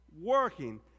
working